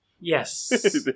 yes